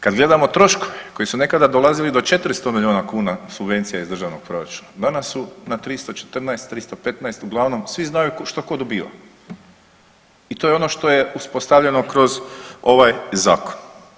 Kad gledamo troškove koji su nekada dolazili do 400 milijuna kuna subvencija iz državnog proračuna, danas su na 314, 315 uglavnom svi znaju što ko dobiva i to je ono što je uspostavljeno kroz ovaj zakon.